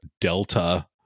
Delta